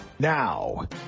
now